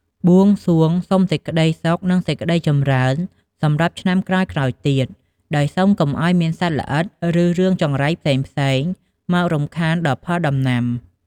បួងសួងសុំសេចក្តីសុខ និងសេចក្តីចម្រើនសម្រាប់ឆ្នាំក្រោយៗទៀត ដោយសុំកុំឱ្យមានសត្វល្អិត ឬរឿងចង្រៃផ្សេងៗមករំខានដល់ផលដំណាំ។